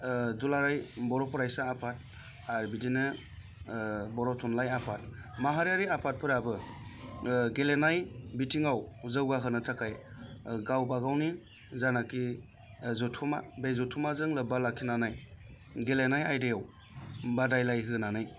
दुलाराय बर' फरायसा आफाद आरो बिदिनो बर' थुनलाइ आफाद माहारियारि आफादफोराबो गेलेनाय बिथिङाव जौगाहोनो थाखाय गावबा गावनि जानाखि जथुम्मा बे जथुम्माजों लोब्बा लाखिनानै गेलेनाय आयदायाव बादायलायहोनानै